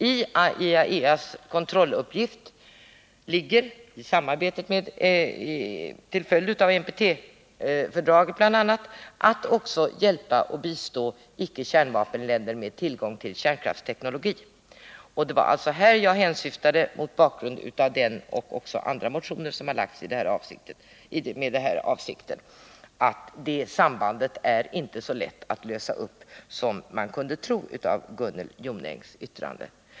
I IAEA:s kontrolluppgift ligger, till följd av NPT-avtalet bl.a., att också hjälpa och bistå icke-kärnvapenländer att få tillgång till kärnkraftsteknologi. Och det var Birgitta Hambraeus motion och andra motioner med samma syfte som jag hade som bakgrund när jag sade att det här samarbetet inte är så lätt att lösa upp som man kunde tro efter att ha lyssnat till Gunnel Jonängs yttrande.